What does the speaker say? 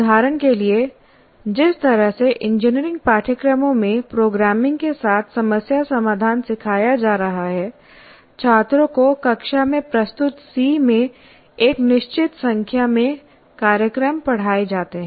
उदाहरण के लिए जिस तरह से इंजीनियरिंग पाठ्यक्रमों में प्रोग्रामिंग के साथ समस्या समाधान सिखाया जा रहा है छात्रों को कक्षा में प्रस्तुत 'C' में एक निश्चित संख्या में कार्यक्रम पढ़ाए जाते हैं